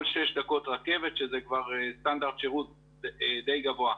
שש דקות רכבת שזה סטנדרט שירות די גבוה,